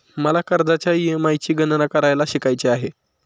मला कर्जाच्या ई.एम.आय ची गणना करायला शिकायचे आहे